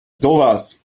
sowas